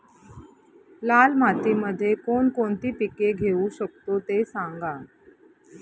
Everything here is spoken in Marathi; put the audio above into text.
लाल मातीमध्ये कोणकोणती पिके घेऊ शकतो, ते सांगा